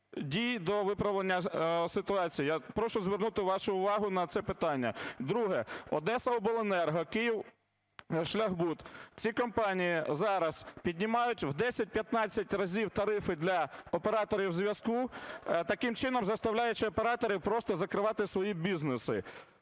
дій щодо виправлення ситуації. Я прошу звернути вашу увагу на це питання. Друге. "Одесаобленерго", "Київшляхбуд" – ці компанії зараз піднімають в 10-15 разів тарифи для операторів зв'язку, таким чином заставляючи операторів просто закривати свої бізнеси.